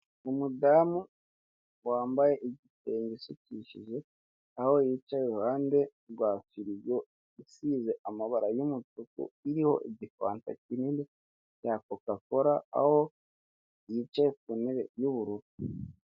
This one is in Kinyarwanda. Umudamu wambaye igitenge kidodeshe aho yicaye irihande rwa firigo isize amabara y'umutuku iriho igifanta kinini cya Coca Cola aho yicaye ku ntebe y'ubururu.